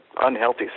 unhealthy